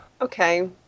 Okay